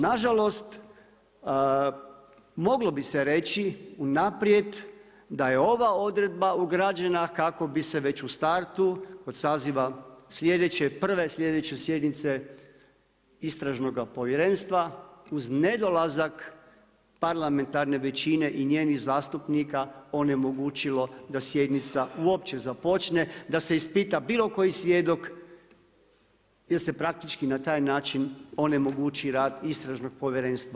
Nažalost moglo bi se reći u naprijed da je ova odredba ugrađena kako bi se već u startu od saziva prve slijedeće sjednice Istražnoga povjerenstva uz nedolazak parlamentarne većine i njenih zastupnika, onemogućilo da sjednice uopće započne, da se ispita bilo koji svjedok i da se praktički na taj način onemogući rad Istražnog povjerenstva.